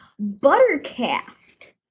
Buttercast